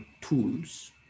tools